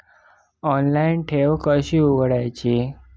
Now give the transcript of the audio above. Online ठेव कशी उघडायची?